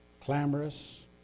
clamorous